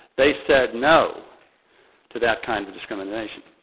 they said no to that kind of discrimination.